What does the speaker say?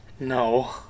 no